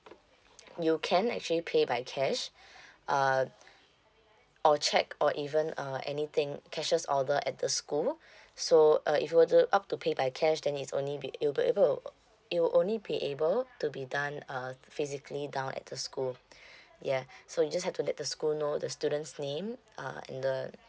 you can actually pay by cash uh or check or even uh anything cashier's order at the school so uh if you were to opt to pay by cash then it's only be it'll be able to it will only be able to be done uh physically down at the school yeah so you just have to let the school know the students name uh and the